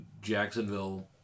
Jacksonville